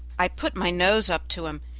i put my nose up to him,